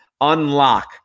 unlock